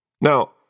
Now